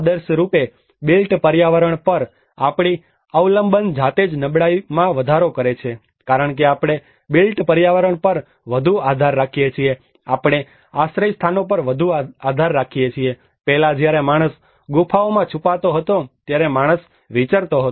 આદર્શરૂપે built પર્યાવરણ પર આપણી અવલંબન જાતે જ નબળાઈમાં વધારો કરે છે કારણ કે આપણે બિલ્ટ પર્યાવરણ પર વધુ આધાર રાખીએ છીએ આપણે આશ્રયસ્થાનો પર વધુ આધાર રાખીએ છીએ પહેલાં જ્યારે માણસ ગુફાઓમાં છુપાતો હતો ત્યારે માણસ વિચરતો હતો